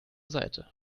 seite